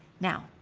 now